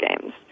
games